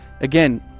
again